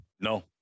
No